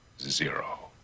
zero